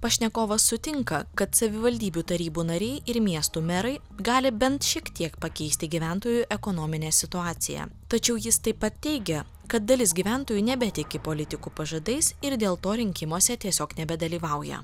pašnekovas sutinka kad savivaldybių tarybų nariai ir miestų merai gali bent šiek tiek pakeisti gyventojų ekonominę situaciją tačiau jis taip pat teigia kad dalis gyventojų nebetiki politikų pažadais ir dėl to rinkimuose tiesiog nebedalyvauja